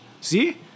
See